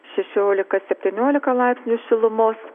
šešiolika septyniolika laipsnių šilumos